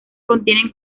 contienen